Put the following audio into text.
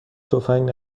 تفنگ